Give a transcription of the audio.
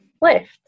left